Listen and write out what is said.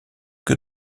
que